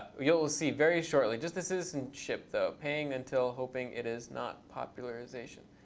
you'll see very shortly. just the citizenship though. paying until, hoping, it is not popularization.